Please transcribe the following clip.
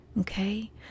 Okay